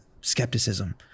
skepticism